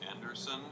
Anderson